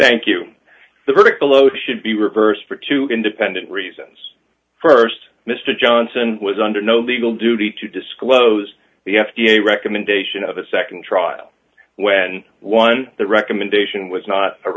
thank you the verdict below should be reversed for two independent reasons st mr johnson was under no legal duty to disclose the f d a recommendation of a nd trial when one the recommendation was not a